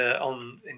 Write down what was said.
on